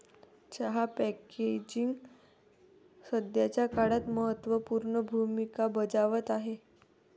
चहा पॅकेजिंग सध्याच्या काळात महत्त्व पूर्ण भूमिका बजावत आहे